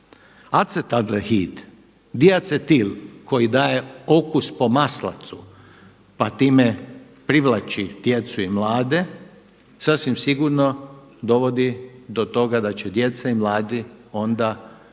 Acetaldehid, diacetil koji daje okus po maslacu pa time privlači djecu i mlade sasvim sigurno dovodi do toga da će djeca i mladi onda rabiti